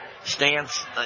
stance